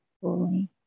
fully